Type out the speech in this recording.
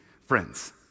friends